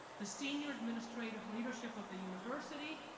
the senior administrative leadership of the university,